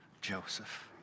Joseph